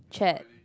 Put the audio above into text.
thread